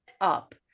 up